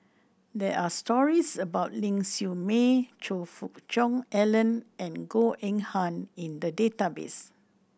there are stories about Ling Siew May Choe Fook Cheong Alan and Goh Eng Han in the database